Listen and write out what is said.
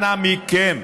אנא מכם,